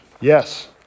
yes